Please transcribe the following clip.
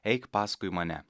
eik paskui mane